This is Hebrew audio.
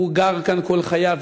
הוא גר כאן כל חייו,